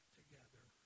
together